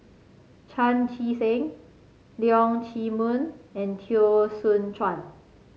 Chan Chee Seng Leong Chee Mun and Teo Soon Chuan